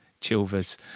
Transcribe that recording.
Chilvers